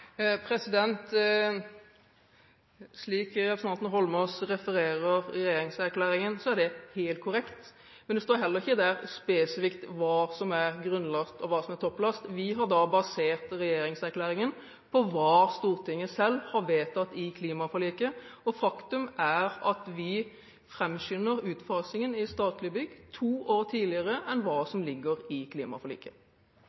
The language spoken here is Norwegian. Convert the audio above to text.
Slik representanten Eidsvoll Holmås refererer regjeringserklæringen, er helt korrekt, men det står ikke spesifikt hva som er grunnlast og hva som er topplast. Vi har basert regjeringserklæringen på hva Stortinget selv har vedtatt i klimaforliket, og faktum er at vi framskynder utfasingen i statlige bygg to år tidligere enn hva